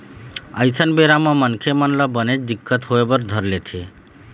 अइसन बेरा म मनखे मन ल बनेच दिक्कत होय बर धर लेथे